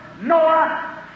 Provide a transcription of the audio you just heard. Noah